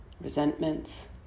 Resentments